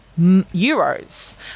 euros